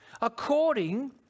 According